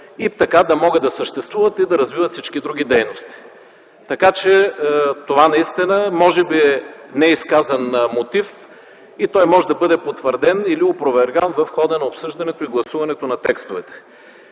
и така да могат да съществуват и да развиват всички други дейности. Така че това наистина може би е неизказан мотив и той може да бъде потвърден или опроверган в хода на обсъжданията и гласуването на текстовете.